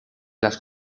las